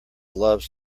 loves